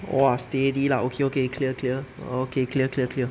!wah! steady lah okay okay clear clear okay clear clear clear